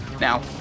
Now